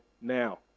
now